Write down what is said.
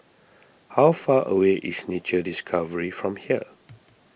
how far away is Nature Discovery from here